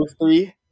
three